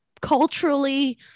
culturally